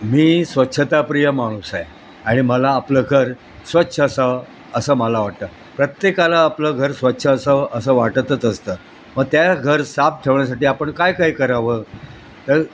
मी स्वच्छता प्रिय माणूस आहे आणि मला आपलं घर स्वच्छ असावं असं मला वाटतं प्रत्येकाला आपलं घर स्वच्छ असावं असं वाटतच असतं मग त्या घर साफ ठेवण्यासाठी आपण काय काय करावं तर